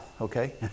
okay